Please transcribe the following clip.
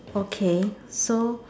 okay so